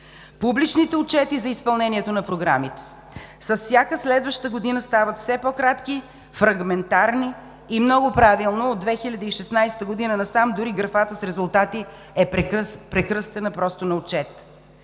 Публичните отчети за изпълнението на програмите с всяка следваща година стават все по-кратки, фрагментарни и много правилно – от 2016 г. насам дори графата с резултати е прекръстена просто на отчет.